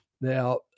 Now